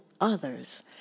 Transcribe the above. others